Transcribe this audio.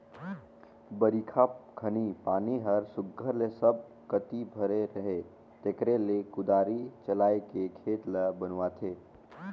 बरिखा घनी पानी हर सुग्घर ले सब कती भरे रहें तेकरे ले कुदारी चलाएके खेत ल बनुवाथे